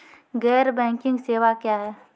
गैर बैंकिंग सेवा क्या हैं?